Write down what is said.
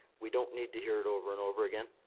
we don't need to hear it over and over again.